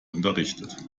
unterrichtet